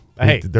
Hey